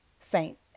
saint